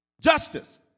Justice